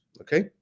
okay